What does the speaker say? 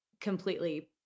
completely